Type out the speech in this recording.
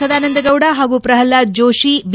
ಸದಾನಂದಗೌಡ ಹಾಗೂ ಪ್ರಲ್ಹಾದ್ ಜೋತಿ ಬಿ